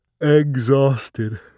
exhausted